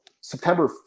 September